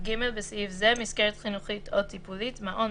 "(ג)בסעיף זה "מסגרת חינוכית או טיפולית" מעון,